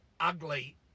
ugly